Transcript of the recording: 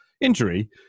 injury